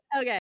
Okay